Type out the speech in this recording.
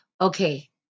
Okay